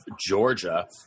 Georgia